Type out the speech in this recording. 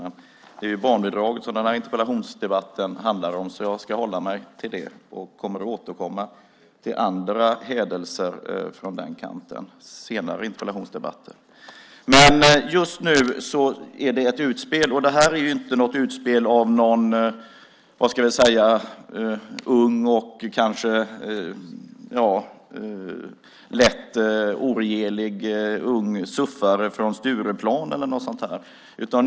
Men det är barnbidraget som interpellationsdebatten handlar om. Jag ska därför hålla mig till det. Jag återkommer till andra hädelser från den kanten i senare interpellationsdebatter. Just nu är det ett utspel. Det är inte ett utspel av en ung och kanske lätt oregerlig CUF:are från Stureplan eller någonting sådan.